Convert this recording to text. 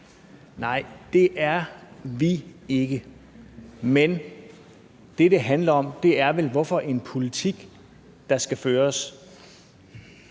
Nej, det er vi ikke, men det, det handler om, er vel, hvilken politik der skal føres,